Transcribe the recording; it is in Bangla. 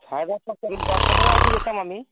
সাড়ে দশটা ওই দশটার সময় আর কি যেতাম আমি